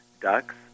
ducks